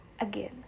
again